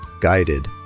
guided